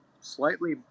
slightly